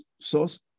source